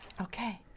okay